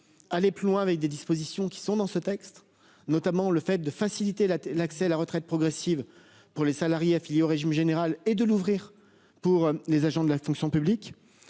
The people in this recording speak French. aller plus loin avec des dispositions qui sont dans ce texte, notamment le fait de faciliter la l'accès à la retraite progressive pour les salariés affiliés au régime général et de l'ouvrir pour les agents de la fonction publique